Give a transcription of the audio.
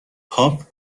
پاپ